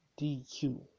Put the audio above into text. DQ